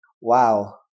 Wow